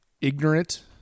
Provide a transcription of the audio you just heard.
Ignorant